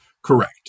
Correct